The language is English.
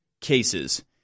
cases